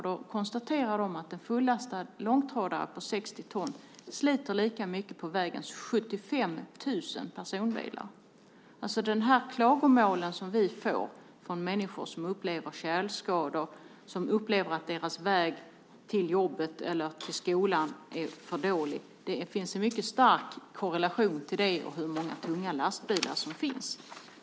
De konstaterar att en fullastad långtradare på 60 ton sliter lika mycket på vägen som 75 000 personbilar. De klagomål som vi får - människor som upplever tjälskador eller att deras väg till jobbet eller skolan är för dålig - har en stark korrelation till hur många tunga lastbilar som finns.